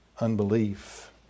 unbelief